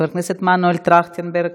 חבר הכנסת מנואל טרכטנברג,